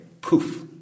poof